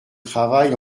travail